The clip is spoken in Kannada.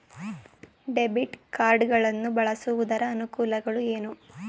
ಡೆಬಿಟ್ ಕಾರ್ಡ್ ಗಳನ್ನು ಬಳಸುವುದರ ಅನಾನುಕೂಲಗಳು ಏನು?